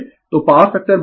तो power factor cosθ